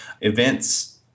Events